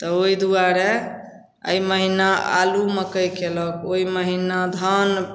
तऽ ओहि दुआरे एहि महिना आलू मकइ कएलक ओहि महिना धान